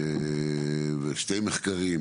ושני מחקרים,